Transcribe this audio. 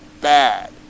bad